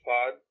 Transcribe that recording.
Pod